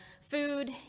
food